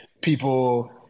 people